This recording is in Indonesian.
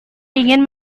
ingin